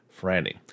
Franny